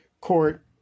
court